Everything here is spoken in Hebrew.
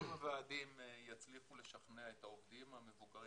אם הוועדים יצליחו לשכנע את העובדים המבוגרים,